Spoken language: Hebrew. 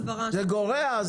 זה גורע?